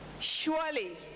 Surely